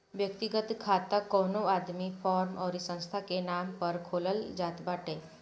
व्यक्तिगत खाता कवनो आदमी, फर्म अउरी संस्था के नाम पअ खोलल जात बाटे